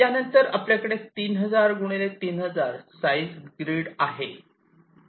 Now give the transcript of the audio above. यानंतर आपल्याकडे 3000 3000 size grid आहे